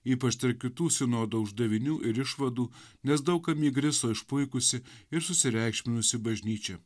ypač dėl kitų sinodo uždavinių ir išvadų nes daug kam įgriso išpuikusi ir susireikšminusi bažnyčia